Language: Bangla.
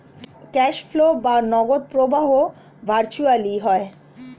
ক্যাশ ফ্লো বা নগদ প্রবাহ ভার্চুয়ালি হয়